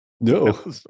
No